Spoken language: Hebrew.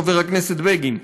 חבר הכנסת בגין.